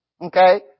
Okay